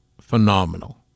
phenomenal